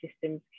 systems